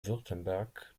württemberg